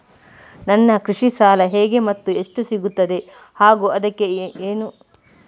ನನಗೆ ಕೃಷಿ ಸಾಲ ಹೇಗೆ ಮತ್ತು ಎಷ್ಟು ಸಿಗುತ್ತದೆ ಹಾಗೂ ಅದಕ್ಕೆ ಏನು ಅರ್ಹತೆ ಇರಬೇಕು?